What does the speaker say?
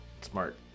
smart